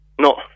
No